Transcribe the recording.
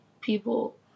people